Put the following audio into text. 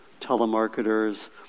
telemarketers